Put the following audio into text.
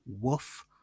woof